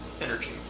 energy